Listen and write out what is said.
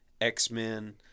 X-Men